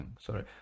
sorry